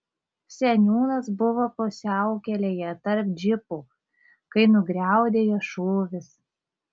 seniūnas buvo pusiaukelėje tarp džipų kai nugriaudėjo šūvis